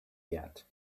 yet